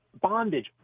bondage